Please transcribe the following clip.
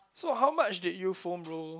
so how much did you foam roll